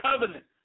covenant